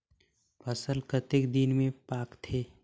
फसल कतेक दिन मे पाकथे?